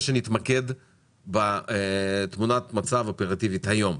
שנתמקד בתמונת מצב אופרטיבית היום,